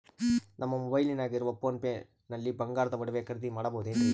ನಮ್ಮ ಮೊಬೈಲಿನಾಗ ಇರುವ ಪೋನ್ ಪೇ ನಲ್ಲಿ ಬಂಗಾರದ ಒಡವೆ ಖರೇದಿ ಮಾಡಬಹುದೇನ್ರಿ?